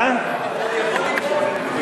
הוא עוד יכול ליפול.